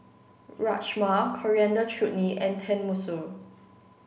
Rajma Coriander Chutney and Tenmusu